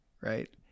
right